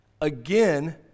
Again